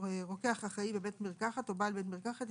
רוקח אחראי בבית מרקחת או בעל בית מרקחת,